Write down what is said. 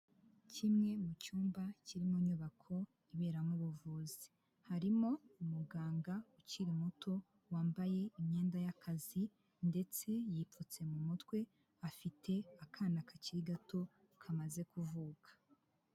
Kimwe mu cyumba kirimo inyubako iberamo ubuvuzi, harimo umuganga ukiri muto wambaye imyenda y'akazi ndetse yipfutse mu mutwe afite akana kakiri gato kamaze kuvuka.